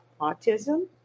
autism